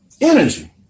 energy